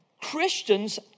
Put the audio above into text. Christians